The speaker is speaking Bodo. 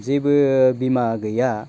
जेबो बिमा गैया